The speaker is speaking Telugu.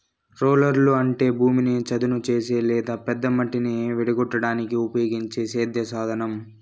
రోలర్లు అంటే భూమిని చదును చేసే లేదా పెద్ద మట్టిని విడగొట్టడానికి ఉపయోగించే సేద్య సాధనం